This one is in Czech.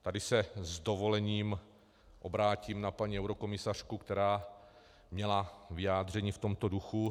Tady se s dovolením obrátím na paní eurokomisařku, která měla vyjádření v tomto duchu.